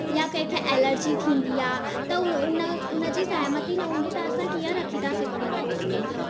या कंहिंखे एलर्जी थींदी आहे त उन उन जी सहमति न हूंदी त असां कीअं रखी था सघऊं डॉग्स खे